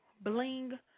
bling